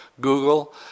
Google